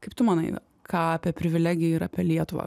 kaip tu manai ką apie privilegiją ir apie lietuvą